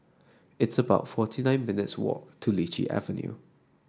it's about forty nine minutes' walk to Lichi Avenue